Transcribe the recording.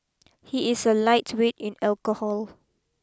he is a lightweight in alcohol